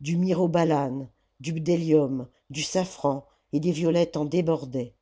du myrobalon du bdellium du safran et des violettes en débordaient